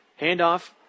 Handoff